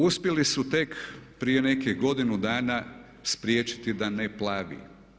Uspjeli su tek prije nekih godinu dana spriječiti da ne plavi.